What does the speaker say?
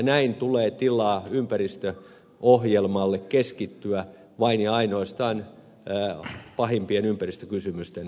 näin tulee tilaa ympäristöohjelmalle keskittyä vain ja ainoastaan pahimpien ympäristökysymysten hoitamiseen